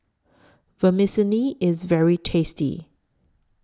Vermicelli IS very tasty